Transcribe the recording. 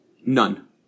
None